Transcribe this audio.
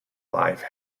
life